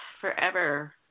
forever